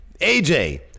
AJ